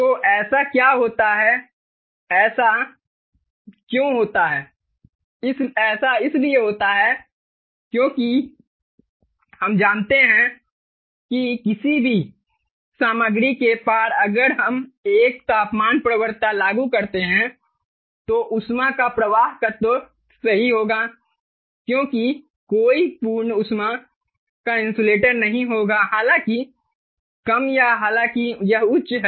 तो ऐसा क्यों होता है ऐसा क्यों होता है ऐसा इसलिए होता है क्योंकि हम जानते हैं कि किसी भी सामग्री के पार अगर हम एक तापमान प्रवणता लागू करते हैं तो ऊष्मा का प्रवाहकत्त्व सही होगा क्योंकि कोई पूर्ण ऊष्मा का इन्सुलेटर नहीं होगा हालाँकि कम या हालाँकि यह उच्च है